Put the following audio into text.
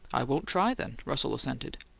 i won't try, then, russell assented.